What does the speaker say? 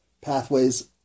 pathways